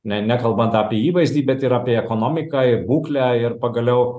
ne nekalbant apie įvaizdį bet ir apie ekonomiką ir būklę ir pagaliau